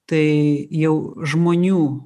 tai jau žmonių